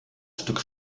stück